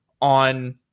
on